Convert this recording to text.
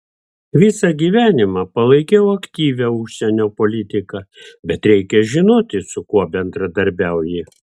visą gyvenimą palaikiau aktyvią užsienio politiką bet reikia žinoti su kuo bendradarbiauji